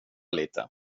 lite